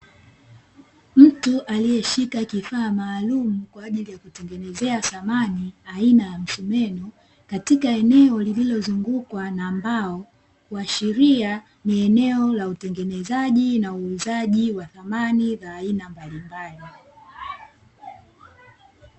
Mtu aliyeshika kifaa maalumu kwa ajili ya kutengeneza samani aina ya msumeno, katika eneo lililozungukwa na mbao, kuashiria ni eneo la utengenezaji na uuzaji wa samani za aina mbalimbali.